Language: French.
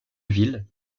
ville